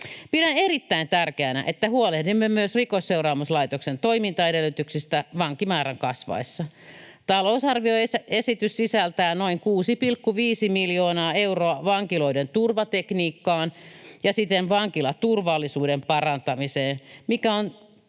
Pidän erittäin tärkeänä, että huolehdimme myös Rikosseuraamuslaitoksen toimintaedellytyksistä vankimäärän kasvaessa. Talousarvioesitys sisältää noin 6,5 miljoonaa euroa vankiloiden turvatekniikkaan ja siten vankilaturvallisuuden parantamiseen, mikä on